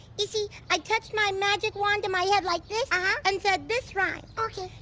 you see, i touched my magic wand to my head like this ah and said this rhyme. okay.